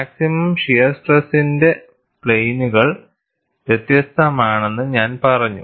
maximum shear സ്ട്രെസ്ന്റെ പ്ലെയിനുകൾ വ്യത്യസ്തമാണെന്ന് ഞാൻ പറഞ്ഞു